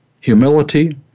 Humility